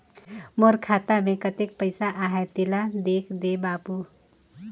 मोर खाता मे कतेक पइसा आहाय तेला देख दे बाबु?